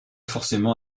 forcément